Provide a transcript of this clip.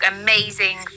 amazing